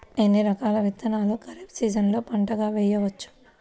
ఎన్ని రకాల విత్తనాలను ఖరీఫ్ సీజన్లో పంటగా వేయచ్చు?